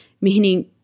meaning